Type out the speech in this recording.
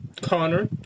connor